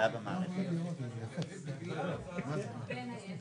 אבל מה זה מוקד הגודש?